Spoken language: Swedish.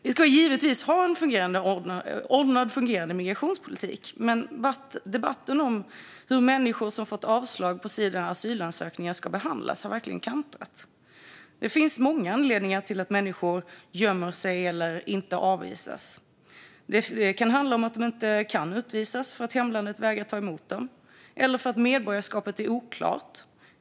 Vi ska givetvis ha en ordnad och fungerande migrationspolitik, men debatten om hur människor som har fått avslag på sina asylansökningar ska behandlas har verkligen kantrat. Det finns många anledningar till att människor gömmer sig eller inte avvisas. Det kan handla om att de inte kan utvisas därför att hemlandet vägrar ta emot dem eller om att medborgarskapet är oklart.